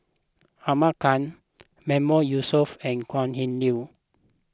Ahmad Khan Mahmood Yusof and Kok Heng Leun